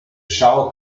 shower